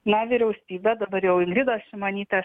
na vyriausybė dabar jau ingridos šimonytės